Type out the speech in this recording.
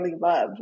love